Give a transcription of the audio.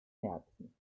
herzen